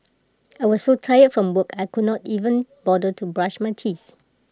I was so tired from work I could not even bother to brush my teeth